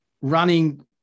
running